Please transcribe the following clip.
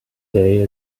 day